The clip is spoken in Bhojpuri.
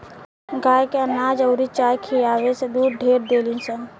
गाय के अनाज अउरी चारा खियावे से दूध ढेर देलीसन